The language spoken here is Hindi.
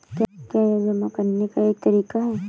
क्या यह जमा करने का एक तरीका है?